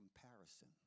comparison